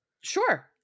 Sure